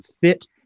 fit